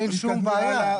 אין שום בעיה,